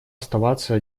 оставаться